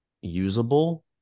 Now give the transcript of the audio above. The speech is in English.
usable